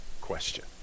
question